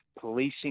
policing